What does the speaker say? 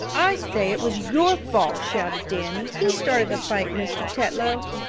i say it was your fault! shouted danny. he started the fight, mr. tetlow.